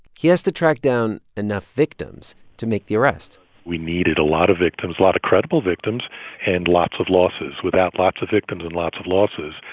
he has to track down enough victims to make the arrest we needed a lot of victims lot of credible victims and lots of losses. without lots of victims and lots of losses,